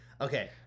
Okay